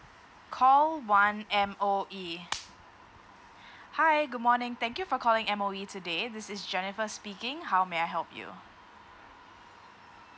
call one M_O_E hi good morning thank you for calling M_O_E today this is jennifer speaking how may I help you